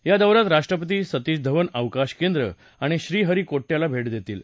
या दौऱ्यात राष्ट्रपती सतीश धवन अवकाश केंद्र आणि श्रीहरीकोटयाला भेट देतील